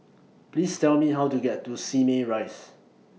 Please Tell Me How to get to Simei Rise